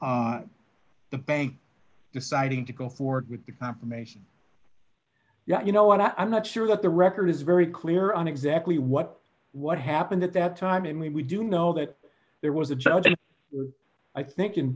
the bank deciding to go forward with the confirmation yet you know i'm not sure that the record is very clear on exactly what what happened at that time and we do know that there was a judge i think in